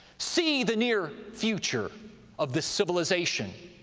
see the near future of this civilization.